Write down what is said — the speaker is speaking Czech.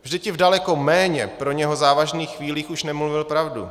Vždyť i v daleko méně pro něho závažných chvílích už nemluvil pravdu.